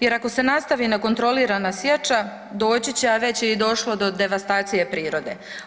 jer ako se nastavi nekontrolirana sjeća doći će, a već je i došlo do devastacije prirode.